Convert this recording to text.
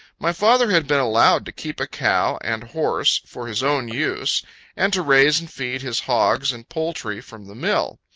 my father had been allowed to keep a cow and horse, for his own use and to raise and feed his hogs and poultry from the mill.